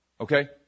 okay